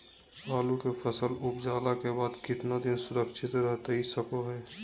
आलू के फसल उपजला के बाद कितना दिन सुरक्षित रहतई सको हय?